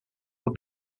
were